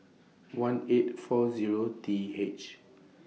one eight four Zero T H